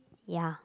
ya